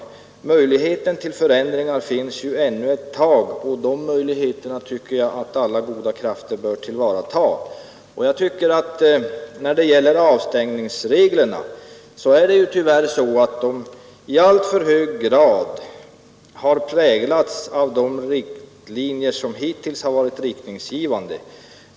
Möjligheterna till förändringar finns ännu ett tag, och de möjligheterna tycker jag att alla goda krafter bör tillvarata. När det gäller avstängningsreglerna är det tyvärr så, att de i alltför hög grad har präglats av uppfattningar som hittills varit riktningsgivande.